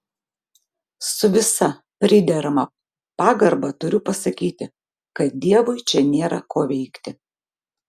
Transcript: su visa priderama pagarba turiu pasakyti kad dievui čia nėra ko veikti